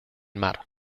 mar